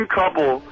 couple